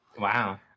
Wow